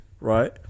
right